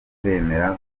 bemera